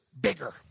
bigger